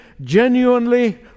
genuinely